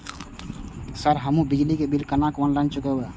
Sir हमू बिजली bill केना ऑनलाईन चुकेबे?